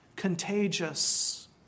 Contagious